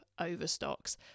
overstocks